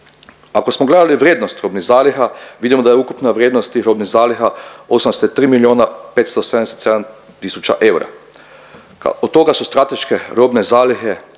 Ako smo gledali vrijednost robnih zaliha vidimo da je ukupna vrijednost tih robnih zaliha 803 milijuna 577 tisuća eura, od toga su strateške robne zalihe